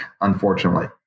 unfortunately